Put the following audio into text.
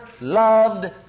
loved